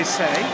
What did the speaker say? say